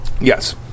Yes